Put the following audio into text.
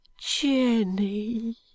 Jenny